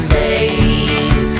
days